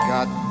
Got